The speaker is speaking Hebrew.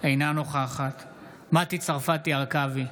אינה נוכחת מטי צרפתי הרכבי,